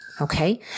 okay